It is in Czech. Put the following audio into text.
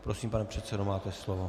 Prosím, pane předsedo, máte slovo.